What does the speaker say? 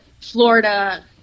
Florida